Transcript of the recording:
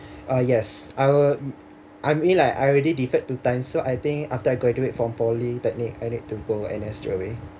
uh yes I will I mean like I already deferred two times so I think after I graduate from polytechnic I need to go N_S straight away